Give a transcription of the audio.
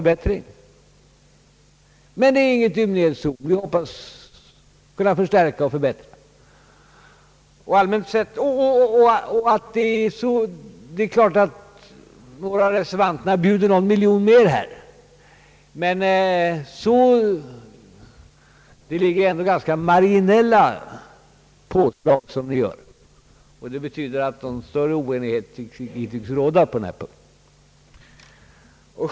På stipendiesidan föreslås en klar förbättring. Vi hoppas att kunna förstärka och förbättra organisationen framöver. Några av reservanterna bjuder över med någon miljon kronor, men det är ändå ganska marginella påslag som görs. Det betyder att någon större oenighet inte tycks råda på den här punkten.